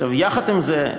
עם זאת,